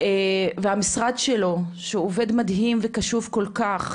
והמשרד שלו שהוא עובד מדהים וקשוב כל כך